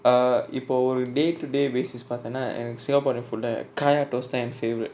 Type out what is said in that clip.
err இப்ப ஒரு:ippa oru day to day basis பாத்தனா எனக்கு:paathana enaku singaporeans food ah kaayatos தா என்:tha en favourite